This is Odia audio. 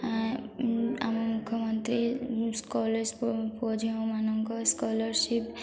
ଆମ ମୁଖ୍ୟମନ୍ତ୍ରୀ ସ୍କୁଲ୍ ପୁଅ ଝିଅମାନଙ୍କ ସ୍କଲାରସିପ୍